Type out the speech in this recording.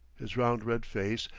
his round red face,